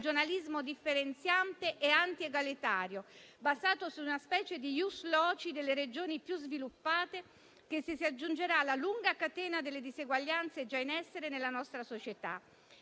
regionalismo differenziante e anti-egalitario, basato su una specie di *ius loci* delle Regioni più sviluppate, che si aggiungerà alla lunga catena delle diseguaglianze già in essere nella nostra società.